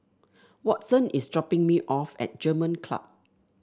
Watson is dropping me off at German Club